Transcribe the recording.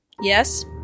yes